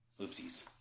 oopsies